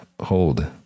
hold